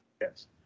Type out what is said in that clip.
Yes